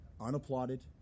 unapplauded